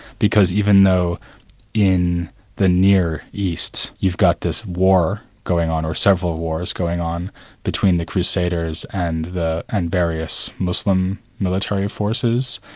because even though in the near east you've got this war going on, or several wars going on between the crusaders and and various muslim military forces,